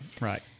right